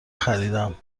خریدم